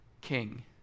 king